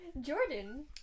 Jordan